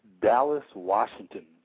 Dallas-Washington